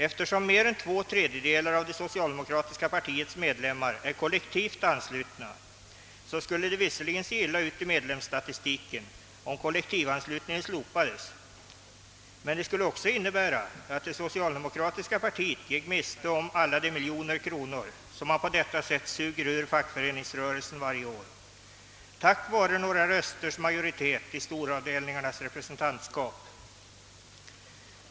Eftersom mer än två tredjedelar av det socialdemokratiska partiets medlemmar är kollektivt anslutna, skulle det visserligen se illa ut i medlemsstatistiken om kollektivanslutningen slopades, men det skulle också innebära att det socialdemokratiska partiet gick miste om alla de miljoner kronor som man på detta sätt suger ur fackföreningsrörelsen varje år tack vare några rösters majoritet i storavdelningarnas representantskap.